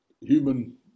human